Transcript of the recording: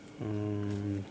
अअं